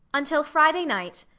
until friday night,